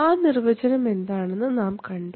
ആ നിർവചനം എന്താണെന്ന് നാം കണ്ടു